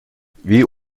wie